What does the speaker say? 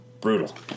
Brutal